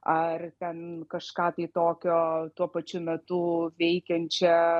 ar ten kažką tokio tuo pačiu metu veikiančią